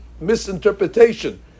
misinterpretation